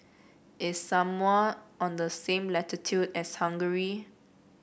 is Samoa on the same latitude as Hungary